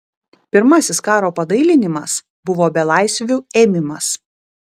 pirmasis karo padailinimas buvo belaisvių ėmimas